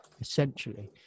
essentially